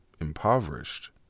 impoverished